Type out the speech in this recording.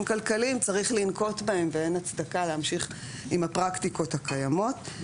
כלכליים צריך לנקוט בהן ואין הצדקה להמשיך עם הפרקטיקות הקיימות.